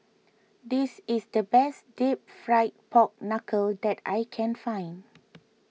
this is the best Deep Fried Pork Knuckle that I can find